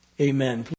Amen